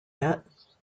yet